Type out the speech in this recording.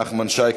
נחמן שי,